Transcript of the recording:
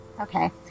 Okay